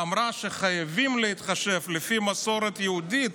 ואמרה שחייבים להתחשב, לפי המסורת היהודית,